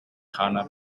kana